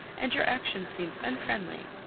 and your action seems unfriendly,